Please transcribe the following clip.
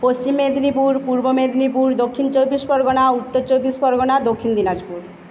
Paschim Medinipur Purba Medinipur Dakshin Chabbish Pargana Uttar Chabbish Pargana Dakshin Dinajpur